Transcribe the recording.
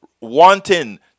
wanting